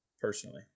personally